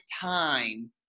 time